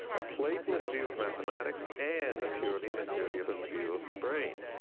a platonist view of mathematics, and a purely materialist view of the brain.